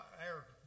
air